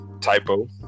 typo